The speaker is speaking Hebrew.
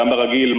גם ברגיל,